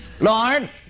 Lord